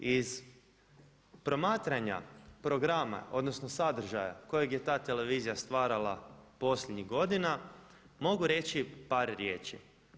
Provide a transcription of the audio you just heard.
Iz promatranja programa odnosno sadržaja kojeg je ta televizija stvarala posljednjih godina mogu reći par riječi.